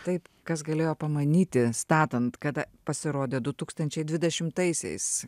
taip kas galėjo pamanyti statant kad pasirodė du tūkstančiai dvidešimtaisiais